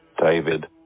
David